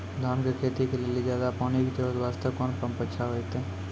धान के खेती के लेली ज्यादा पानी के जरूरत वास्ते कोंन पम्प अच्छा होइते?